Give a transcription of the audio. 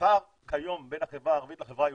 הפער כיום בין החברה הערבית לחברה היהודית,